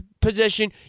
position